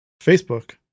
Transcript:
facebook